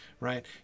Right